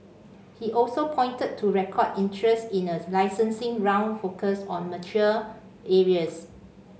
he also pointed to record interest in a licensing round focused on mature areas